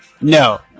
No